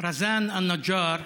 רזאן א-נג'אר,